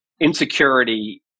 insecurity